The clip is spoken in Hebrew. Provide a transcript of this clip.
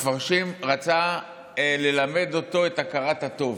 שרצה ללמד אותו את הכרת הטוב.